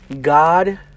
God